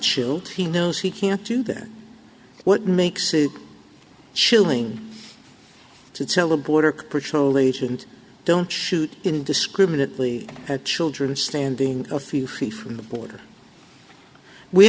chilled he knows he can't do that what makes a chilling to tell a border patrol agent don't shoot indiscriminately the children are standing a few feet from the border we